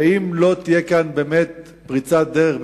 ואם לא תהיה כאן פריצת דרך,